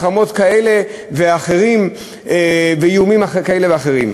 החרמות כאלה ואחרות ואיומים כאלה ואחרים.